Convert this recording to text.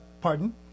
pardon